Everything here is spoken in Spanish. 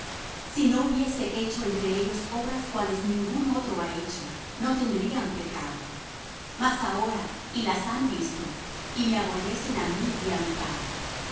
si no hubiese hecho entre ellos obras cuales ningún otro ha hecho no tendrían pecado mas ahora y las han visto y me aborrecen á mí y á mi padre